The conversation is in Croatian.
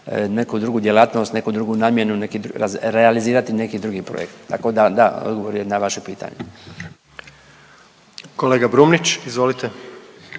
neku drugu djelatnost, neku drugu namjenu, neki, realizirati neki drugi projekt. Tako da, da odgovor je na vaše pitanje. **Jandroković, Gordan